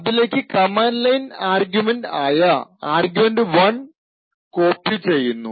അതിലേക്കു command line argument ആയ argument 1 copy ചെയ്യുന്നു